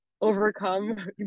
overcome